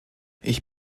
ich